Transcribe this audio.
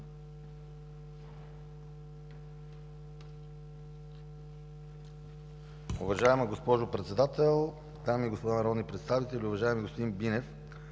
Уважаема госпожо Председател, дами и господа народни представители! Уважаеми господин Бинев,